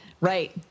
Right